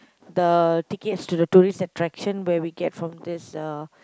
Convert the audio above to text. the tickets to the tourist attraction where we get from this uh